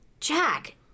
Jack